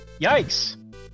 Yikes